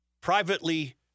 privately